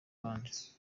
abandi